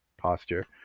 posture